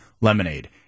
Lemonade